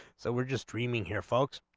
so were just remain here folks